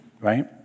right